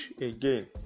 again